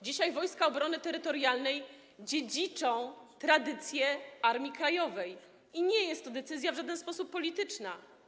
Dzisiaj Wojska Obrony Terytorialnej dziedziczą tradycję Armii Krajowej i nie jest to w żaden sposób decyzja polityczna.